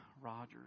Rogers